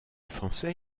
français